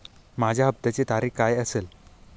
माझ्या हप्त्याची तारीख काय असेल?